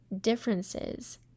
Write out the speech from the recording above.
differences